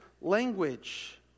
language